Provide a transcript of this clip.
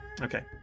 okay